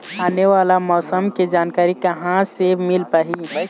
आने वाला मौसम के जानकारी कहां से मिल पाही?